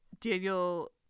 Daniel